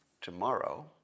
tomorrow